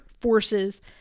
Forces